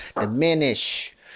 diminish